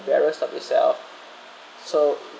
embarrassed of yourself so